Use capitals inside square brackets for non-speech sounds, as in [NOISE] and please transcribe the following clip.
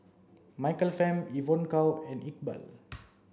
Michael Fam Evon Kow and Iqbal [NOISE]